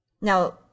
Now